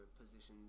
positions